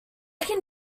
can